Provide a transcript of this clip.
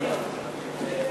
הערביות,